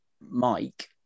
Mike